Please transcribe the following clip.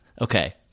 Okay